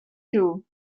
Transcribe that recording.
too